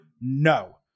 No